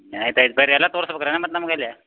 ಆಯ್ತು ಆಯ್ತು ಬನ್ರಿ ಎಲ್ಲ ತೋರ್ಸ್ಬೇಕ್ ರೀ ಮತ್ತೆ ನಮ್ಗೆ ಇಲ್ಲಿ